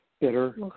bitter